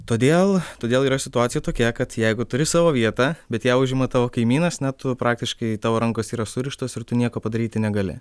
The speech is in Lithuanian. todėl todėl yra situacija tokia kad jeigu turi savo vietą bet ją užima tavo kaimynas na tu praktiškai tavo rankos yra surištos ir tu nieko padaryti negali